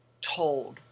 told